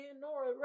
Nora